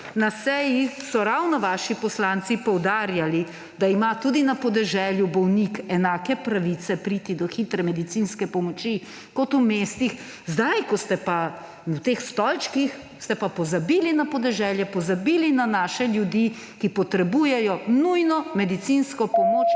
Na seji so ravno vaši poslanci poudarjali, da ima tudi na podeželju bolnik enake pravice priti do hitre medicinske pomoči kot v mestih, zdaj ko se pa na teh stolčkih, ste pa pozabili na podeželje, pozabili na naše ljudi, ki potrebujejo nujno medicinsko pomoč.